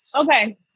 Okay